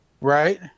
Right